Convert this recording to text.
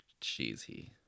cheesy